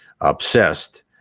obsessed